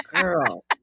girl